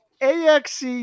AXE